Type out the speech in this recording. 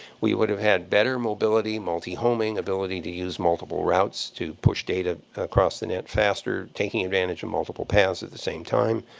we would have had better mobility, multihoming, ability to use multiple routes to push data across the net faster, taking advantage of multiple paths at the same time.